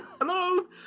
Hello